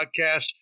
podcast